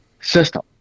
system